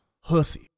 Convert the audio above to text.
Hussy